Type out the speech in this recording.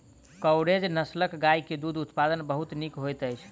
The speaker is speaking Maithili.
कंकरेज नस्लक गाय के दूध उत्पादन बहुत नीक होइत अछि